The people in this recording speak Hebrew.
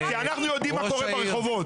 כי אנחנו יודעים מה קורה ברחובות.